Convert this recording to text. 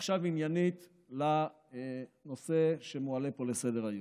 ועכשיו עניינית לנושא שמועלה פה לסדר-היום.